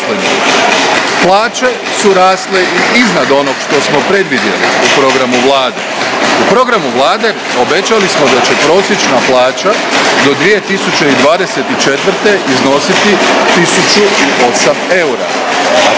Plaće su rasle i iznad onog što smo predvidjeli u Programu Vlade. U Programu Vlade obećali smo da će prosječna plaća do 2024. iznositi 1.008 eura,